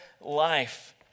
life